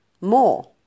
more